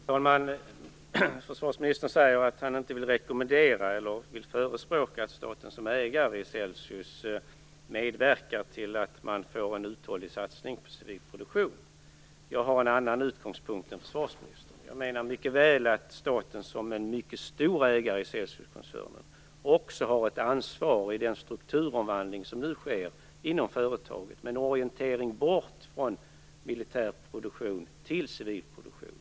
Fru talman! Försvarsministern säger att han inte vill rekommendera eller förespråka att staten som ägare i Celsius medverkar till en uthållig satsning på civil produktion. Jag har en annan utgångspunkt än försvarsministern. Jag menar att staten som en mycket stor ägare i Celsiuskoncernen också har ett ansvar i den strukturomvandling som nu sker inom företaget med en orientering bort från militär produktion till civil produktion.